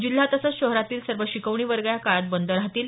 जिल्हा तसंच शहरातील सर्व शिकवणी वर्ग या काळात बंद राहतील